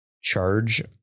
charge